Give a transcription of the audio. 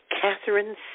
Catherine